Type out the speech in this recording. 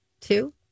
Two